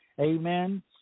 Amen